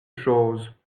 choses